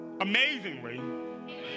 Amazingly